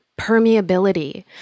permeability